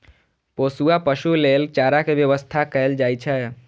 पोसुआ पशु लेल चारा के व्यवस्था कैल जाइ छै